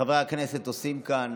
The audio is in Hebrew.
שחברי הכנסת עושים כאן